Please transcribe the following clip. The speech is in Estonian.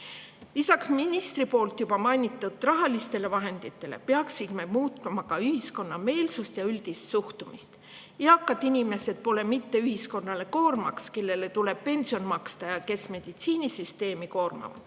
Lisaks ministri juba mainitud rahalistele vahenditele peaksime muutma ka ühiskonna meelsust ja üldist suhtumist. Eakad inimesed pole ühiskonnale mitte koormaks, kellele tuleb pensioni maksta ja kes meditsiinisüsteemi koormavad,